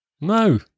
No